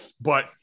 but-